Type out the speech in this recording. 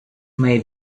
may